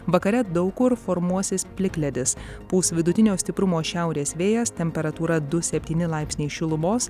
vakare daug kur formuosis plikledis pūs vidutinio stiprumo šiaurės vėjas temperatūra du septyni laipsniai šilumos